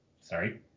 sorry